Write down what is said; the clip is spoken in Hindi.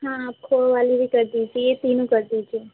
हाँ खोवे वाली भी कर दीजिए ये तीनों कर दीजिए